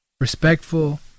respectful